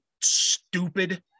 stupid